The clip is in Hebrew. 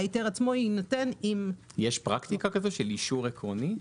וההיתר עצמו יינתן -- יש פרקטיקה כזאת של אישור עקרוני?